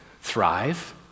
thrive